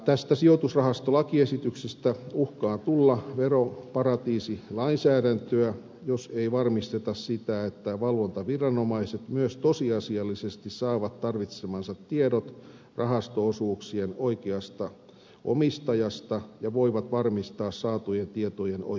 tästä sijoitusrahastolakiesityksestä uhkaa tulla veroparatiisilainsäädäntöä jos ei varmisteta sitä että valvontaviranomaiset myös tosiasiallisesti saavat tarvitsemansa tiedot rahasto osuuksien oikeasta omistajasta ja voivat varmistaa saatujen tietojen oikeellisuuden